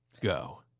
Go